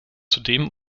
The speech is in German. zudem